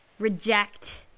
reject